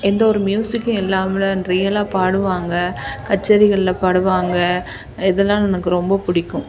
எந்த ஒரு மியூசிக்கும் இல்லாமலே ரியலாக பாடுவாங்க கச்சேரிகளில் பாடுவாங்க இதெல்லாம் எனக்கு ரொம்ப பிடிக்கும்